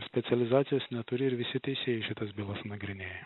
specializacijos neturi ir visi teisėjai šitas bylas nagrinėja